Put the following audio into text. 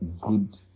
good